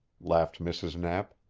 laughed mrs. knapp.